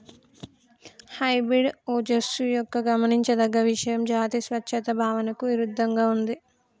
hybrid ఓజస్సు యొక్క గమనించదగ్గ ఇషయం జాతి స్వచ్ఛత భావనకు ఇరుద్దంగా ఉంది